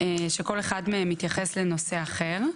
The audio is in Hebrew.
שכל אחד מהם מתייחס לנושא אחר.